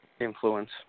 influence